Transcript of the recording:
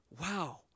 wow